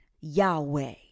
Yahweh